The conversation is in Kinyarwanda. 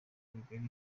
bigari